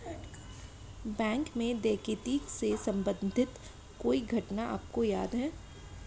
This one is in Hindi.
बैंक में डकैती से संबंधित कोई घटना आपको याद है?